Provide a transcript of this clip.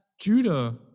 Judah